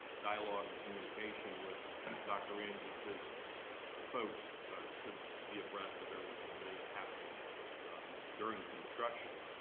dialogue and communication with dr. inge and his folks to to be abreast of everything that is happening during construction.